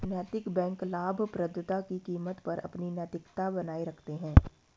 नैतिक बैंक लाभप्रदता की कीमत पर अपनी नैतिकता बनाए रखते हैं